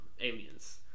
Aliens